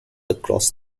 across